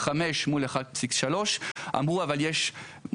5 מול 1.3, אמרו אבל מותר